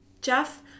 Jeff